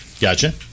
Gotcha